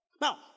Now